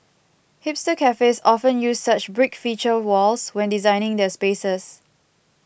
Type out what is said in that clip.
hipster cafes often use such brick feature walls when designing their spaces